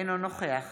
אינו נוכח